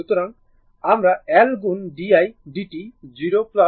সুতরাং আমরা L গুণ di dt 0 v0 লিখতে পারি